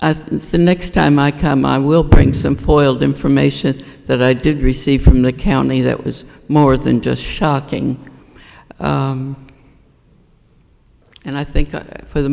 the next time i come i will bring some foiled information that i did receive from the county that was more than just shocking and i think for the